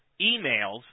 emails